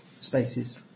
spaces